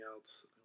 else